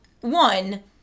one